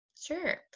sure